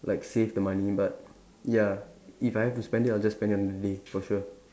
like save the money but ya if I have to spend it I just spend it on the day for sure